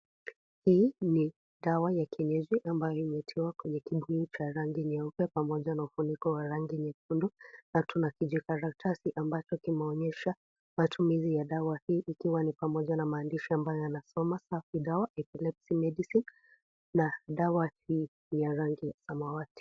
Hii ni dawa ya kienyeji ambayo imetiwa kwenye kibuyu cha rangi nyeupe pamoja na ufuniko wa rangi nyekundu na tuna kijikaratasi ambacho kimeonyesha matumizi ya dawa hii ikiwa nai pamoja na maandishi ambayo yanasoma Epilepsy medicine na dawa hii ni ya rangi ya samawati.